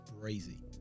crazy